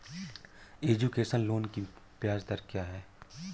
Education loan की ब्याज दर क्या है?